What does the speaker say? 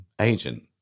agent